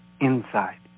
inside